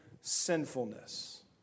sinfulness